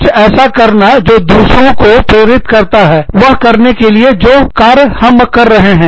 कुछ ऐसा करना जो दूसरों को प्रेरित करता है वह करने के लिए जो कार्य हम कर रहे हैं